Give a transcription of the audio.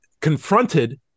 confronted